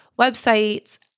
website's